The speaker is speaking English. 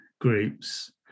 groups